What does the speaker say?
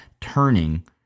turning